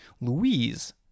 louise